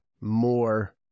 more